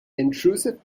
intrusive